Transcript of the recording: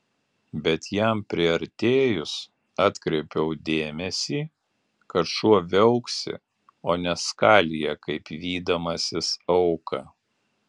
bet jam priartėjus atkreipiau dėmesį kad šuo viauksi o ne skalija kaip vydamasis auką